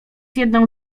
jedną